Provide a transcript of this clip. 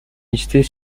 listés